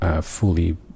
fully